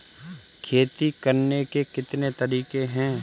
खेती करने के कितने तरीके हैं?